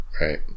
Right